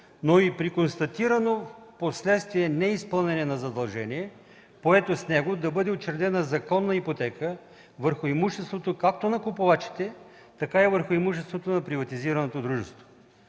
но и при констатирано впоследствие неизпълнение на задължение, поето с него, да бъде учредена законна ипотека върху имуществото както на купувачите, така и върху имуществото на приватизираното дружество.